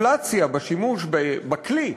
שהאינפלציה בשימוש בכלי,